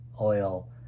oil